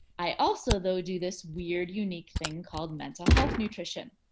i also though, do this weird unique thing called mental health nutrition.